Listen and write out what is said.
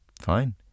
fine